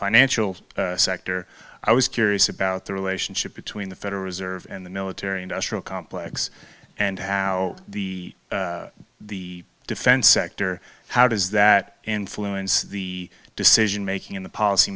financial sector i was curious about the relationship between the federal reserve and the military industrial complex and how the the defense sector how does that influence the decision making in the policy